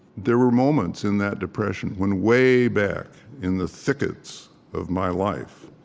there were moments in that depression when, way back in the thickets of my life,